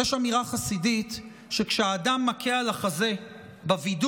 יש אמירה חסידית שכשאדם מכה על החזה בווידוי,